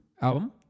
album